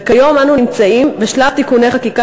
וכיום אנו נמצאים בשלב תיקוני חקיקה